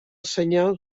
senyal